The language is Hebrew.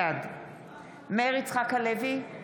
בעד מאיר יצחק הלוי,